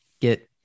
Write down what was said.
get